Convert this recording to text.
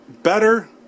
Better